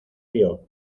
vio